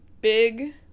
Big